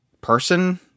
person